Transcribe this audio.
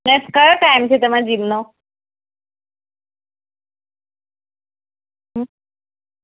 ને કયો ટાઈમ છે તમારે જીમનો હમ